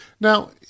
Now